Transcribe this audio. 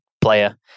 player